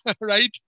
right